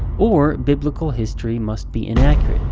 or, biblical history must be inaccurate.